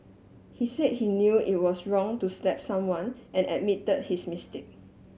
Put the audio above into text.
he said he knew it was wrong to slap someone and admitted his mistake